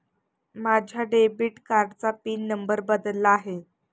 माझ्या डेबिट कार्डाचा pin number बदलला आहे